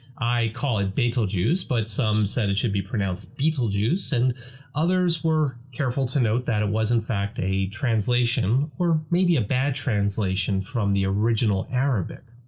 i call it bay-tal-juice but some said it should be pronounced beetle-juice, beetle-juice, and others were careful to note that it was in fact a translation, or maybe a bad translation, from the original arabic.